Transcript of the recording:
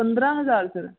ਪੰਦਰਾਂ ਹਜ਼ਾਰ ਫੇਰ